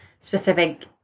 specific